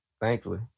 Thankfully